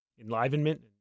enlivenment